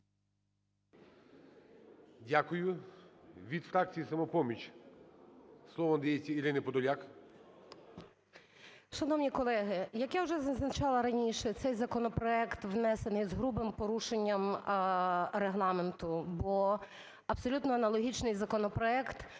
Дякую. Від фракції "Самопоміч" слово надається Ірині Подоляк. 16:07:54 ПОДОЛЯК І.І. Шановні колеги, як я вже зазначала раніше, цей законопроект внесений з грубим порушенням Регламенту, бо абсолютно аналогічний законопроект